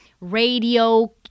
radio